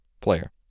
Player